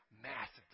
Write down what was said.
massive